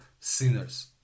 sinners